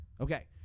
Okay